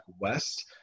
west